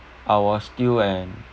I was still an